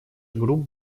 групп